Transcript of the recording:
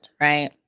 right